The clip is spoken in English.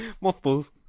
Mothballs